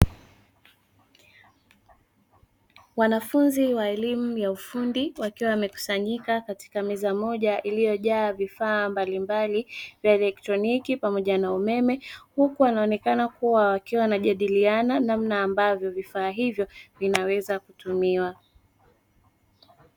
Wanafunzi wa elimu ya ufundi wakiwa wamekusanyika katika meza moja iliyojaa vifaa mbalimbali vya elektroniki pamoja na umeme, huku anaonekana kuwa wakiwa wanajadiliana namna vifaa hivyo vinaweza kutumiwa.